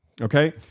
Okay